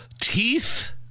Teeth